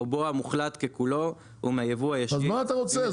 רובו המוחלט ככולו הוא מהיבוא הישיר ממדינות שאין --- אז מה אה רוצה?